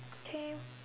okay